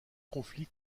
conflit